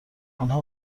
آنها